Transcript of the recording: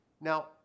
Now